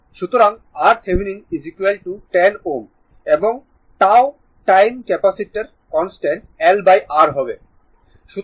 সুতরাং RThevenin 10 Ω এবং τ time constant LR হবে